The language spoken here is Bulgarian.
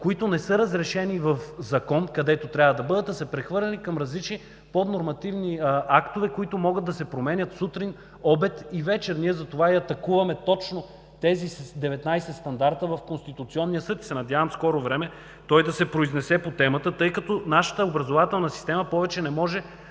които не са разрешени в закон, където трябва да бъдат, а са прехвърлени към различни поднормативни актове, които могат да се променят сутрин, обед и вечер. Затова и атакуваме точно този с 19 стандарта в Конституционния съд и се надявам в скоро време той да се произнесе по темата, тъй като нашата образователна система повече не може